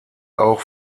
auch